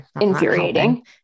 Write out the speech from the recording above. infuriating